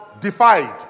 defied